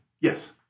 Yes